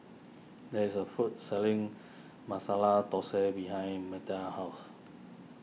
there is a food selling Masala Thosai behind Metta's house